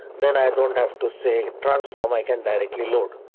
then i don't have to say transform. i can directly load.